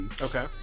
okay